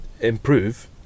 improve